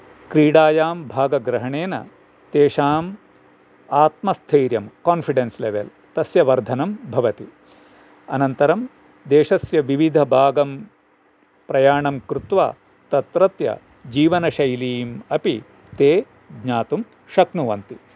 क्रीडायां भागग्रहणेन तेषाम् आत्मस्थैर्यं कोन्फ़िडेन्स् लेवेल् तस्य वर्धनं भवति अनन्तरं देशस्य विविधभागं प्रयाणं कृत्वा तत्रत्य जीवनशैलीं अपि ते ज्ञातुं शक्नुवन्ति